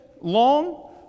long